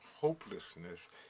hopelessness